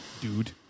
Dude